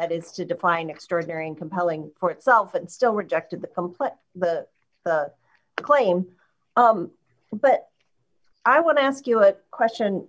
that is to define extraordinary and compelling for itself and still rejected the complaint but the claim but i want to ask you a question